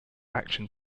action